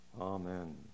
Amen